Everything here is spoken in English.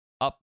up